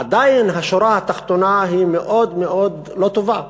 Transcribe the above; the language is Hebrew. עדיין השורה התחתונה היא מאוד מאוד לא טובה,